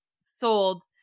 sold